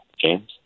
james